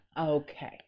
Okay